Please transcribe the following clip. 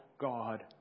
God